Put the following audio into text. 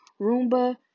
Roomba